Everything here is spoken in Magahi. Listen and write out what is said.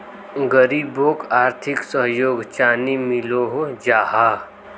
गरीबोक आर्थिक सहयोग चानी मिलोहो जाहा?